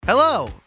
Hello